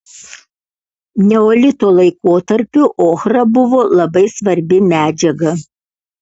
neolito laikotarpiu ochra buvo labai svarbi medžiaga